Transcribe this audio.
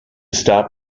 stop